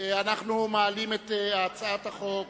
אנחנו מעלים את הצעת חוק